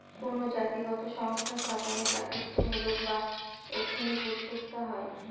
কোনো জাতিগত সংস্থা স্থাপনে জাতিত্বমূলক বা এথনিক উদ্যোক্তা হয়